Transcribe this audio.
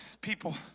people